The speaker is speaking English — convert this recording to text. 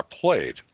played